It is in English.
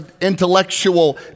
intellectual